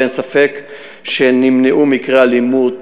ואין ספק שנמנעו מקרי אלימות,